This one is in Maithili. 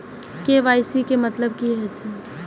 के.वाई.सी के मतलब की होई छै?